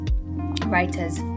writers